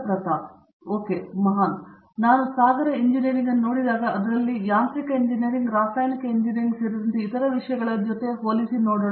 ಪ್ರತಾಪ್ ಹರಿಡೋಸ್ ಓಕೆ ಮಹಾನ್ ನಾನು ಸಾಗರ ಎಂಜಿನಿಯರಿಂಗ್ ಅನ್ನು ನೋಡಿದಾಗ ಅದರಲ್ಲಿ ಯಾಂತ್ರಿಕ ಇಂಜಿನಿಯರಿಂಗ್ ರಾಸಾಯನಿಕ ಎಂಜಿನಿಯರಿಂಗ್ ಸೇರಿದಂತೆ ಇತರ ವಿಷಯಗಳ ಜೊತೆ ಹೋಲಿಸಿ ನೋಡೋಣ